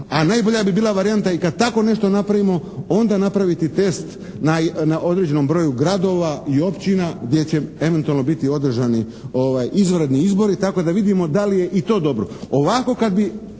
A najbolja bi bila varijanta i kad tako nešto napravimo onda napraviti test na određenom broju gradova i općina gdje će eventualno biti održani izvanredni izbori tako da vidimo da li je i to dobro?